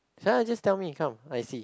yeah just tell me come I see